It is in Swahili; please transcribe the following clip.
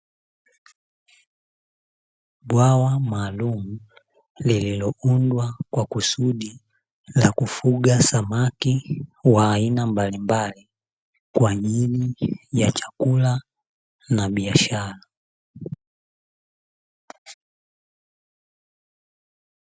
Bwawa maalumu lililoundwa kwa kusudi la kufuga samaki wa aina mbalimbali, kwa ajili ya chakula na biashara.